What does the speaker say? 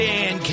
Dan